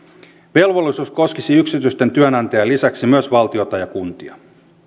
velvollisuus koskisi yksityisten työnantajien lisäksi myös valtiota ja kuntia